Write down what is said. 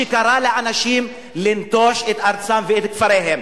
קראו לאנשים לנטוש את ארצם ואת כפריהם.